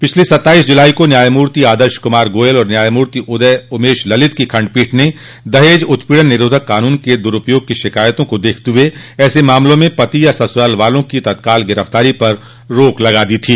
पिछली सत्ताईस जुलाई को न्यायमूर्ति आदर्श कुमार गोयल और न्यायमूर्ति उदय उमेश ललित की खंडपीठ ने दहेज उत्पीड़न निरोधक कानून के दुरूपयोग की शिकायतों को देखते हुए ऐसे मामलों में पति या ससुराल वालों की तत्काल गिरफ़्तारी पर रोक लगा दी थी